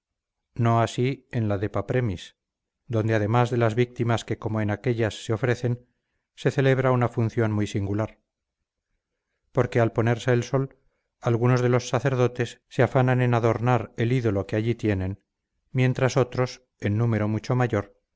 no así en la de papremis donde además de las víctimas que como en aquellas se ofrecen se celebra una función muy singular porque al ponerse el sol algunos de los sacerdotes se afanan en adornar el ídolo que allí tienen mientras otros en número mucho mayor